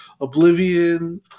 Oblivion